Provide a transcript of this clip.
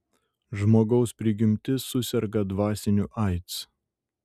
žmogaus prigimtis suserga dvasiniu aids